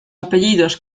apellidos